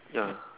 ya